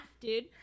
dude